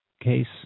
case